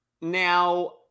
now